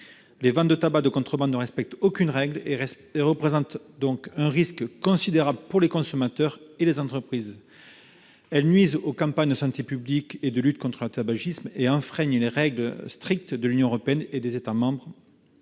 Les ventes de tabac de contrebande ne respectent aucune règle et représentent un risque considérable pour les consommateurs et les entreprises. Elles nuisent aux campagnes de santé publique et de lutte contre le tabagisme et enfreignent les règles strictes que l'Union européenne et les États membres